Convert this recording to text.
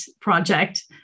project